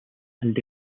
and